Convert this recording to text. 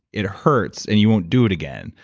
it hurts and you won't do it again.